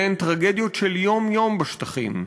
אלה הן טרגדיות של יום-יום בשטחים.